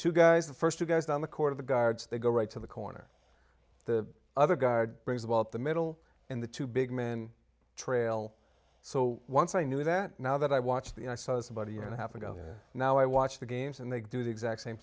two guys the first two guys on the court of the guards they go right to the corner the other guy brings about the middle and the two big minh trail so once i knew that now that i watched and i saw this about a year and a half ago now i watch the games and they do the exact same